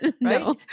No